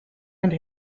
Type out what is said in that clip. and